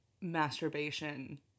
masturbation